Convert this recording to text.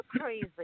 crazy